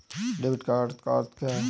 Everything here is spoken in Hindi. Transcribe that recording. डेबिट का अर्थ क्या है?